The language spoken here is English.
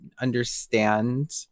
understand